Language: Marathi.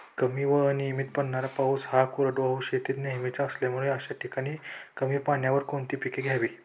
कमी व अनियमित पडणारा पाऊस हा कोरडवाहू शेतीत नेहमीचा असल्यामुळे अशा ठिकाणी कमी पाण्यावर कोणती पिके घ्यावी?